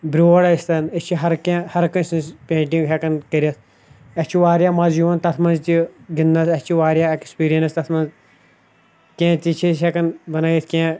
برٛور ٲسۍ تَن أسۍ چھِ ہرکینٛہہ ہرکٲنٛسہِ سٕنٛز پینٹِنٛگ ہٮ۪کان کٔرِتھ اَسہِ چھُ واریاہ مَزٕ یِوان تَتھ منٛز تہِ گِنٛدنَس اَسہِ چھِ واریاہ اٮ۪کٕسپیٖرینس تَتھ منٛز کینٛہہ تہِ چھِ أسۍ ہٮ۪کان بَنٲیِتھ کینٛہہ